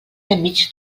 enmig